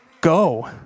Go